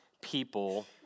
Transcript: people